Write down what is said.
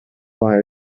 via